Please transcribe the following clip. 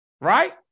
Right